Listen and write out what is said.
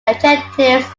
adjectives